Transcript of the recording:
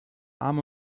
arme